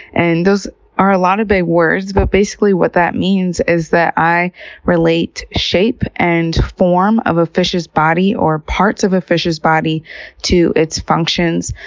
and those are a lot of big words, but basically what that means is that i relate shape and form of a fish's body or parts of a fish's body to its functions,